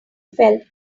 felt